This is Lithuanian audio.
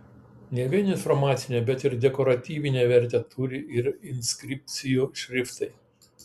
ne vien informacinę bet ir dekoratyvinę vertę turi ir inskripcijų šriftai